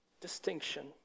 distinction